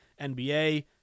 NBA